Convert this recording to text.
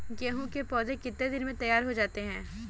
गेहूँ के पौधे कितने दिन में तैयार हो जाते हैं?